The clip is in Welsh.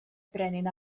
brenin